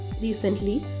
recently